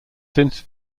since